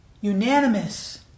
unanimous